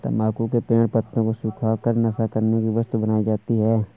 तम्बाकू के पेड़ पत्तों को सुखा कर नशा करने की वस्तु बनाई जाती है